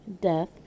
death